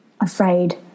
Afraid